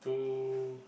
to